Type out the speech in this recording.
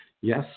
yes